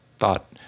thought